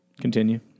Continue